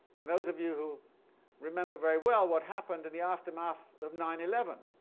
and those of you who remember very well what happened in the aftermath of nine eleven.